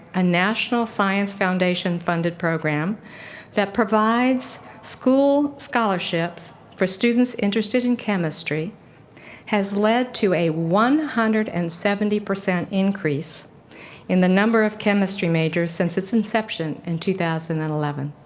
a national science foundation-funded program that provides school scholarships for students interested in chemistry has led to a one hundred and seventy percent increase in the number of chemistry majors since its inception in two thousand and eleven.